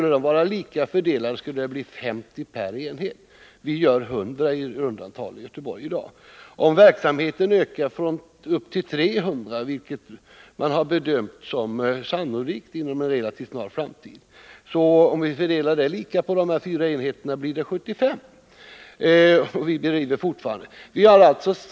En jämn fördelning skulle innebära 50 transplantationer vid varje enhet. Men i Göteborg utförs i runt tal 100 njurtransplantationer per år. Om det sammanlagda antalet njurtransplantationer ökar till 300 per år, vilket man har bedömt som sannolikt inom en relativt snar framtid, så skulle det med en jämn fördelning utföras 75 transplantationer vid varje enhet.